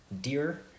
Deer